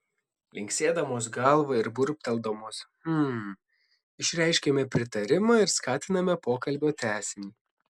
linksėdamos galvą ir burbteldamos hm išreiškiame pritarimą ir skatiname pokalbio tęsinį